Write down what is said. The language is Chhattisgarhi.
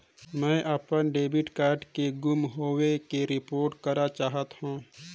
मैं अपन डेबिट कार्ड के गुम होवे के रिपोर्ट करा चाहत हों